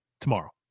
tomorrow